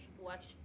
watch